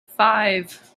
five